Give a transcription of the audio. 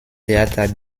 theater